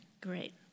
Great